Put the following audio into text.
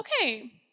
okay